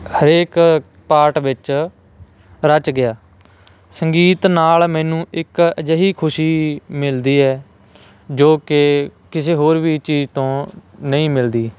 ਹਰੇਕ ਪਾਰਟ ਵਿੱਚ ਰਚ ਗਿਆ ਸੰਗੀਤ ਨਾਲ ਮੈਨੂੰ ਇੱਕ ਅਜਿਹੀ ਖੁਸ਼ੀ ਮਿਲਦੀ ਹੈ ਜੋ ਕਿ ਕਿਸੇ ਹੋਰ ਵੀ ਚੀਜ਼ ਤੋਂ ਨਹੀਂ ਮਿਲਦੀ